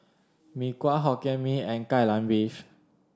Mee Kuah Hokkien Mee and Kai Lan Beef